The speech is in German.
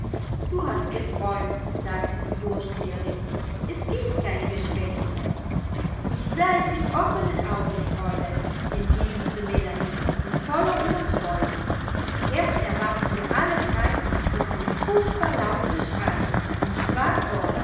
du hast geträumt sagte die vorsteherin es giebt keine gespenster ich sah es mit offenen augen fräulein entgegnete melanie mit voller ueberzeugung erst erwachten wir alle drei von einem furchtbar lauten schrei nicht wahr